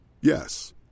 Yes